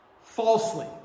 falsely